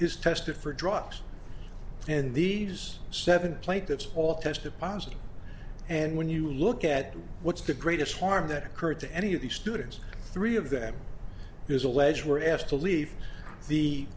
is tested for drugs and these seven plate that's all tested positive and when you look at what's the greatest harm that occurred to any of the students three of them is alleged were asked to leave the